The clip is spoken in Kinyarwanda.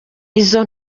izo